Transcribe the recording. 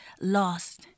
Lost